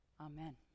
Amen